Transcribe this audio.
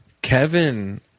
Kevin